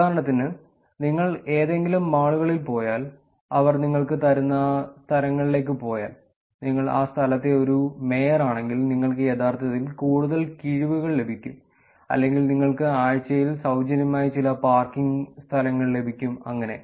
ഉദാഹരണത്തിന് നിങ്ങൾ ഏതെങ്കിലും മാളുകളിൽ പോയാൽ അവർ നിങ്ങൾക്ക് തരുന്ന സ്ഥലങ്ങളിലേക്ക് പോയാൽ നിങ്ങൾ ആ സ്ഥലത്തെ ഒരു മേയറാണെങ്കിൽ നിങ്ങൾക്ക് യഥാർത്ഥത്തിൽ കൂടുതൽ കിഴിവുകൾ ലഭിക്കും അല്ലെങ്കിൽ നിങ്ങൾക്ക് ആഴ്ചയിൽ സൌജന്യമായി ചില പാർക്കിംഗ് സ്ഥലങ്ങൾ ലഭിക്കും അങ്ങനെ